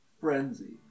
Frenzy